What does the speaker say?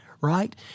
right